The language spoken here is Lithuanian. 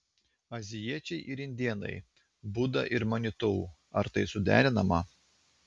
azijiečiai ir indėnai buda ir manitou ar tai suderinama